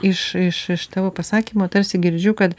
iš iš iš tavo pasakymo tarsi girdžiu kad